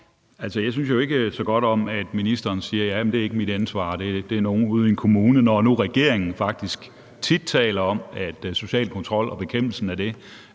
Jeg synes jo ikke så godt om, at ministeren siger, at det ikke er hans ansvar, men nogens ude i en kommune, når nu regeringen faktisk tit taler om, at den sociale kontrol og bekæmpelsen af den